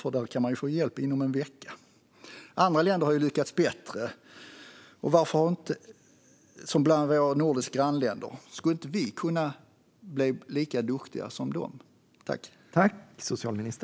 Där kan man nämligen få hjälp inom en vecka. Andra länder har lyckats bättre, bland annat våra nordiska grannländer. Borde inte vi kunna bli lika duktiga som de?